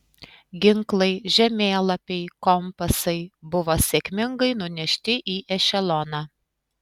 ginklai žemėlapiai kompasai buvo sėkmingai nunešti į ešeloną